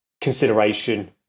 consideration